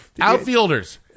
Outfielders